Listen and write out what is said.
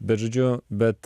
bet žodžiu bet